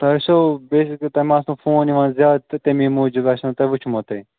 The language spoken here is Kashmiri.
تۄہہِ آسیو بیسِک تَۄہہِ ما آسنو فون یِوان زیادٕ تہٕ تَمی موٗجوٗب آسِنو تۄہہ وُچھمُتٕے